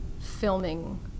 filming